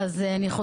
אנחנו מכירים אותו.